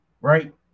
Right